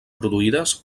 produïdes